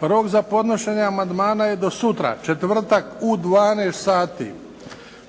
Rok za podnošenje amandmana je do sutra četvrtak u 12 sati.